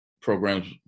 programs